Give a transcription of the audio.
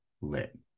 lit